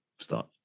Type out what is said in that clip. start